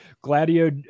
Gladio